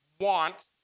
want